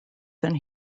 than